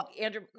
Andrew